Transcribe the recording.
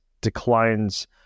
declines